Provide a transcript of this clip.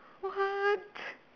what